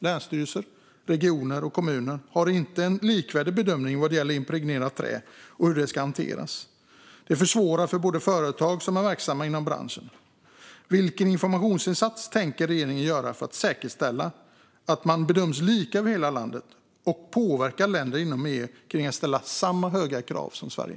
Länsstyrelser, regioner och kommuner har inte en likvärdig bedömning vad gäller impregnerat trä och hur det ska hanteras. Det försvårar för företag som är verksamma inom branschen. Vilken informationsinsats tänker regeringen göra för att säkerställa att man bedöms lika över hela landet och för att påverka länder inom EU när det gäller att ställa samma höga krav som Sverige?